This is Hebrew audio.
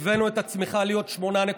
והבאנו את הצמיחה להיות 8.1%;